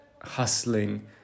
hustling